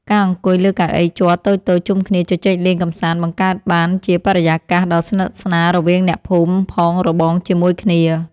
ការអង្គុយលើកៅអីជ័រតូចៗជុំគ្នាជជែកលេងកម្សាន្តបង្កើតបានជាបរិយាកាសដ៏ស្និទ្ធស្នាលរវាងអ្នកភូមិផងរបងជាមួយគ្នា។